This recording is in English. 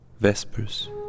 Vespers